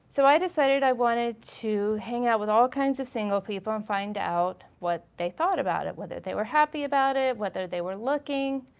so i decided i wanted to hang out with all kinds of single people and find out what they thought about it. whether they were happy about it, whether they were looking,